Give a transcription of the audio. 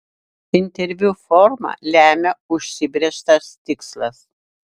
interviu formą lemia užsibrėžtas tikslas